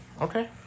Okay